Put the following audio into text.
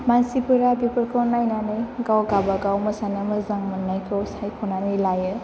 मानसिफोरा बेफोरखौ नायनानै गाव गावबा गाव मोसानो मोजां मोननायखौ सायख'नानै लायो